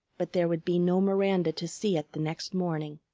but there would be no miranda to see it the next morning.